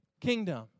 kingdom